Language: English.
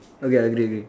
okay I agree agree